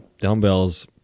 dumbbells